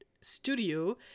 studio